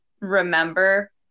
remember